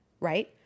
Right